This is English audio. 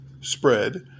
spread